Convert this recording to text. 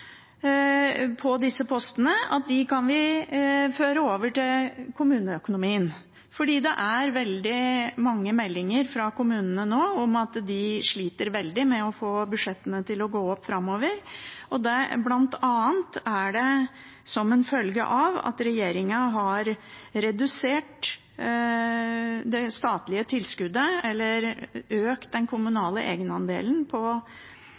på disse postene, kan føres over til kommuneøkonomien. Det kommer veldig mange meldinger fra kommunene om at de sliter veldig med å få budsjettene til å gå opp framover. Det er bl.a. som følge av at regjeringen har redusert det statlige tilskuddet, eller økt den kommunale egenandelen, på